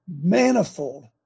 Manifold